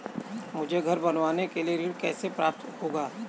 मुझे घर बनवाने के लिए ऋण कैसे प्राप्त होगा?